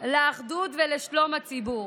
לאחדות ולשלום הציבור.